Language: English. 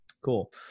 Cool